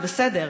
זה בסדר.